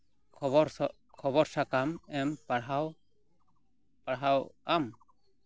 ᱠᱷᱚᱵᱚᱨ ᱠᱷᱚᱵᱚᱨ ᱥᱟᱠᱟᱢ ᱮᱢ ᱯᱟᱲᱦᱟᱣ ᱯᱟᱲᱦᱟᱣᱟᱢ